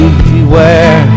beware